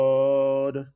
Lord